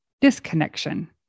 disconnection